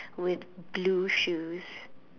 with blue shoes